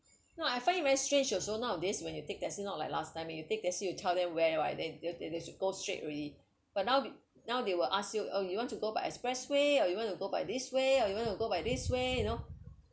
no I find it very strange also nowadays when you take taxi it's not like last time you take taxi you tell them where right then they they should go straight already but now they now they will ask you oh you want to go by expressway or you want to go by this way or you want to go by this way you know